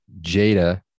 Jada